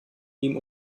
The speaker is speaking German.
ihm